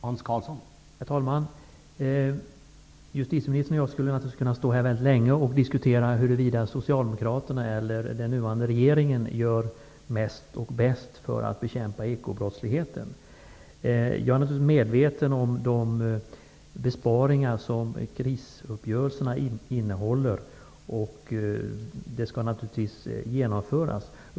Herr talman! Justitieministern och jag kan naturligtvis stå här länge och diskutera huruvida Socialdemokraterna eller den nuvarande regeringen gör mest och bäst för att bekämpa ekobrottsligheten. Jag är naturligtvis medveten om de besparingar som krisuppgörelsen innehåller, och de skall genomföras.